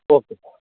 okay